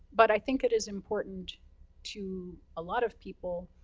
but i think it is important to a lot of people,